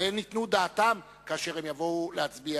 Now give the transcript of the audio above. והם ייתנו עליהם דעתם כאשר יבואו להצביע.